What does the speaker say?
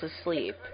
asleep